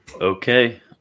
Okay